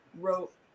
wrote